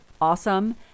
awesome